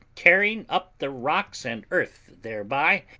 tearing up the rocks and earth thereby,